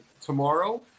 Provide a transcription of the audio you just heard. tomorrow